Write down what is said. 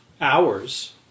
hours